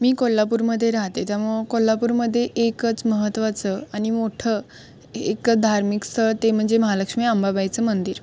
मी कोल्हापूरमध्ये राहते त्या मग कोल्हापूरमध्ये एकच महत्त्वाचं आणि मोठं एकच धार्मिक स्थळ ते म्हणजे महालक्ष्मी अंबाबाईचं मंदिर